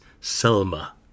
Selma